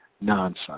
nonsense